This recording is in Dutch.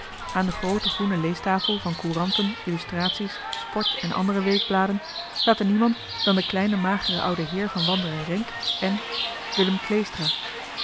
aan de groote groene leestafel van couranten illustraties sport en andere weekbladen zaten niemand dan de kleine magere oude heer van wanderen renck en willem kleestra